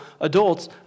adults